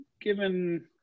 given